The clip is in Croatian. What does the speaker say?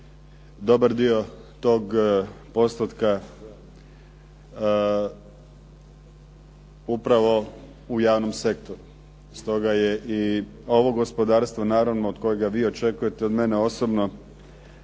dobar dio tog postotka upravo u javnom sektoru. Stoga je i ovo gospodarstvo naravno od kojega vi očekujete od mene osobno